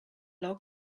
log